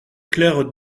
claire